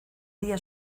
día